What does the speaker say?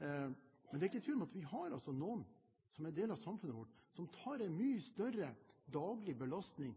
Men det er ikke tvil om at vi altså har noen som er en del av samfunnet vårt, som tar en mye større daglig belastning